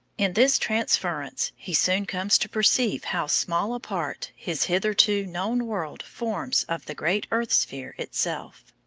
in this transference he soon comes to perceive how small a part his hitherto known world forms of the great earth-sphere itself.